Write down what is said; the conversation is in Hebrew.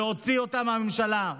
להוציא אותם מהממשלה.